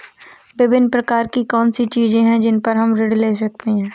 विभिन्न प्रकार की कौन सी चीजें हैं जिन पर हम ऋण ले सकते हैं?